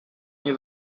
nie